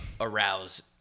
arouse